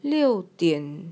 六点